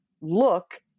look